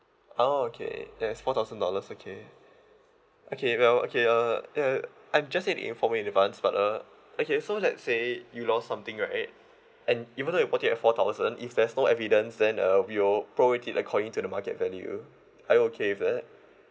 oh okay yes four thousand dollars okay okay well okay uh uh I just need to inform you in advance but uh okay so let's say you lost something right and even though you bought it at four thousand if there's no evidence then uh we'll prorate it according to the market value are you okay with that